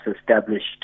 established